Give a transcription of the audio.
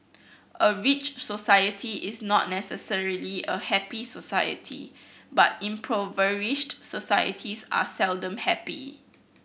a rich society is not necessarily a happy society but impoverished societies are seldom happy